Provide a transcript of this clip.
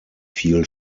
fiel